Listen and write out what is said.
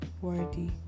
worthy